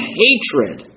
hatred